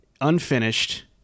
unfinished